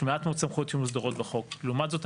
לעומת זאת,